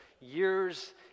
years